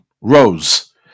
Rose